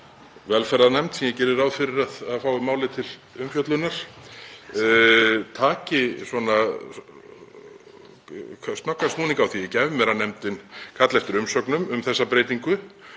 velferðarnefnd, sem ég geri ráð fyrir að fái málið til umfjöllunar, taki snöggan snúning á. Ég gef mér að nefndin kalli eftir umsögnum um þessa breytingu